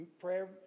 prayer